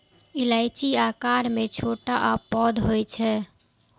इलायची आकार मे छोट आ पैघ होइ छै